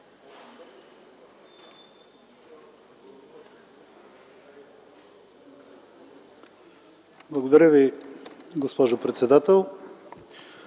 Благодаря Ви, госпожо председател.